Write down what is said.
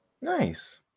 nice